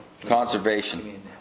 Conservation